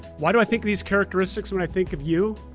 why do i think these characteristics when i think of you?